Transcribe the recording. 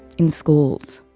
in schools.